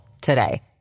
today